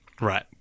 right